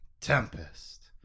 tempest